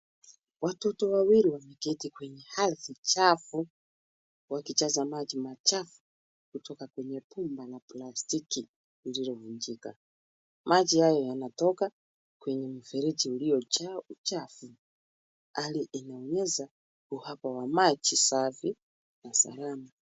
Watoto wawili wameketi kwenye hazi chafu wakichota maji machafu kutoka kwenye bomba la plastiki lililovunjika. Maji hayo yanatoka kwenye mfereji uliojaa uchafu. Hali inaonyesha uhaba wa maji safi na salama.